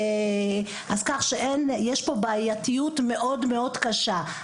אז כך שיש פה בעייתיות מאוד מאוד קשה.